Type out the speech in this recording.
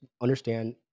understand